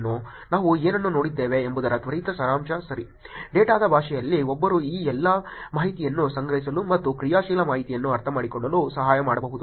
ನಾವು ಏನನ್ನು ನೋಡಿದ್ದೇವೆ ಎಂಬುದರ ತ್ವರಿತ ಸಾರಾಂಶ ಸರಿ ಡೇಟಾದ ಪರಿಭಾಷೆಯಲ್ಲಿ ಒಬ್ಬರು ಈ ಎಲ್ಲಾ ಮಾಹಿತಿಯನ್ನು ಸಂಗ್ರಹಿಸಲು ಮತ್ತು ಕ್ರಿಯಾಶೀಲ ಮಾಹಿತಿಯನ್ನು ಅರ್ಥಮಾಡಿಕೊಳ್ಳಲು ಸಹಾಯ ಮಾಡಬಹುದು